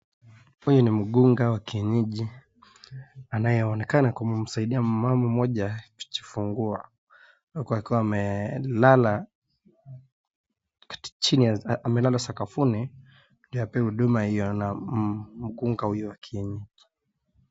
Huyu ni mgunga wa kienyeji anayeonekana kumsaidia mama mmoja kujifungua. akiwa amelala chini amelala sakafuni ndio apewe huduma hiyo na mgunga huyo wa kienyeji.